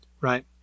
right